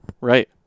Right